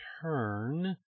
turn